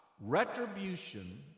retribution